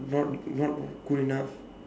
not not good enough